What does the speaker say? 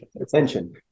attention